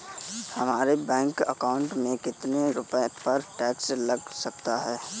हमारे bank account में कितने रुपये पर टैक्स लग सकता है?